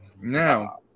now